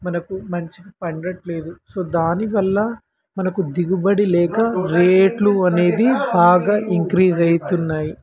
మనకు మంచిగా పండడంలేదు సో దానివల్ల మనకు దిగుబడి లేక రేట్లు అనేది బాగా ఇంక్రీజ్ ఆవుతున్నాయి